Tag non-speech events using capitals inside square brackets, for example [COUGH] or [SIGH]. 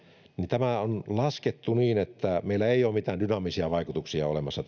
tämä on laskettu niin että meillä tällä ei ole mitään dynaamisia vaikutuksia olemassa [UNINTELLIGIBLE]